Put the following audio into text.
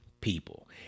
people